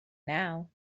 now